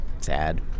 sad